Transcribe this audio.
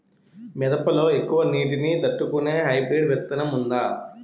మిరప లో ఎక్కువ నీటి ని తట్టుకునే హైబ్రిడ్ విత్తనం వుందా?